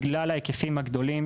בגלל ההיקפים הגדולים,